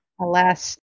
alas